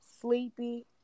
sleepy